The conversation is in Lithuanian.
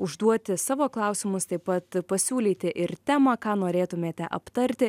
užduoti savo klausimus taip pat pasiūlyti ir temą ką norėtumėte aptarti